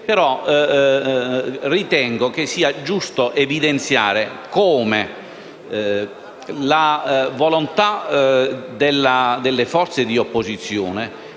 voto. Ritengo però giusto evidenziare come la volontà delle forze di opposizione